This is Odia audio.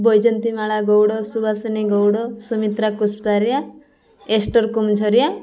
ବୈଜନ୍ତୀ ମାଳା ଗଉଡ଼ ସୁବାସନୀ ଗଉଡ଼ ସୁମିତ୍ରା କୁଷ୍ପାରିଆ ଏଷ୍ଟୋର କୁମଝରିଆ